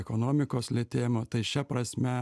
ekonomikos lėtėjimo tai šia prasme